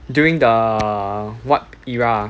during the what era ah